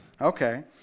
Okay